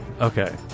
Okay